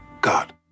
God